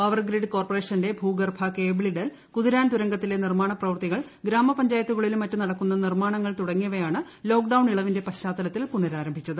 power grid കോർപ്പറേഷന്റെ ഭൂഗർഭ കേബിളിടൽ കുതിരാൻ തുരങ്കത്തിലെ നിർമ്മാണപ്രവർത്തികൾ ഗ്രാമപഞ്ചാത്തുകളിലും മറ്റും നടക്കുന്ന നിർമ്മാണങ്ങൾ തുടങ്ങിയാണ് ലോക്ക് ഡൌൺ ഇളവിന്റെ പശ്ചാത്തലത്തിൽ പുനരാരംഭിച്ചത്